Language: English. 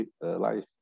life